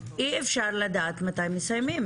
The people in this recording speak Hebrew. אי אפשר לדעת מתי מסיימים.